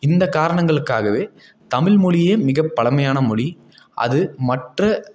இந்த காரணங்களுக்காகவே தமிழ் மொழியே மிகப் பழமையான மொழி அது மற்ற